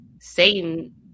Satan